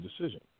decision